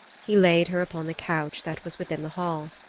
he laid her upon the couch that was within the hall.